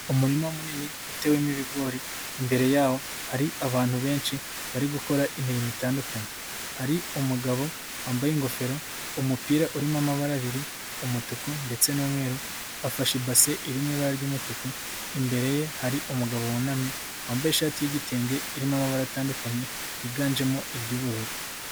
Umurima munini utewemo ibigori imbere yawo hari abantu benshi bari gukora imirimo itandukanye, hari umugabo wambaye ingofero, umupira urimo amabara abiri umutuku ndetse n'umweru, afashe ibase iri mu ibara ry'umutuku, imbere ye hari umugabo wunamye wambaye ishati y'igitenge irimo amabara atandukanye higanjemo iry'ubururu.